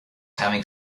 having